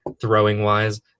throwing-wise